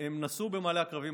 הם נסעו במעלה עקרבים,